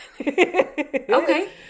Okay